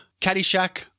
Caddyshack